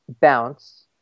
bounce